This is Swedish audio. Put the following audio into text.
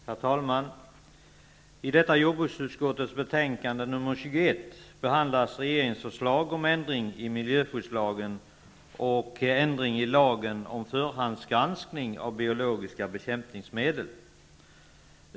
Herr talman! I detta jordbruksutskottets betänkande nr 21 behandlas regeringens förslag om ändring i miljöskyddslagen och ändring i lagen om förhandsgranskning av biologiska bekämpningsmedel.